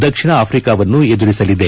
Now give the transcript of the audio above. ದಕ್ಷಿಣ ಆಫ್ರಿಕಾವನ್ನು ಎದುರಿಸಲಿದೆ